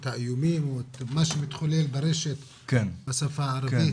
האיומים או את מה שמתחולל ברשת בשפה הערבית?